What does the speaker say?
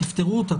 תפתרו אותה,